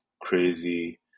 crazy